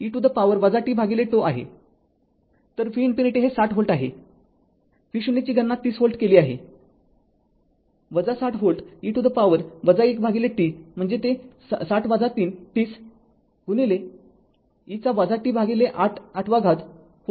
तर v ∞ हे ६० volt आहे v0 ची गणना ३० व्होल्ट केली आहे ६० volt e to the power t ८ म्हणजे ते ६० ३० गुणिले e t ८ व्होल्ट आहे